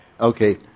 Okay